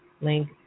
link